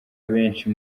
abenshi